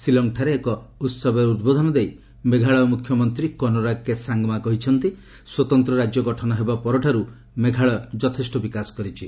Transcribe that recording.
ଶିଲଂଠାରେ ଏକ ଉହବରେ ଉଦ୍ବୋଧନ ଦେଇ ମେଘାଳୟ ମ୍ରଖ୍ୟମନ୍ତ୍ରୀ କୋନ୍ରାଗ୍ କେ ସାଙ୍ଗ୍ମା କହିଛନ୍ତି ସ୍ୱତନ୍ତ୍ର ରାଜ୍ୟ ଗଠନ ହେବା ପରଠାରୁ ମେଘାଲୟ ଯଥେଷ୍ଟ ବିକାଶ କରିଛି